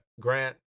Grant